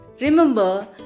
remember